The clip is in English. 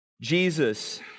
Jesus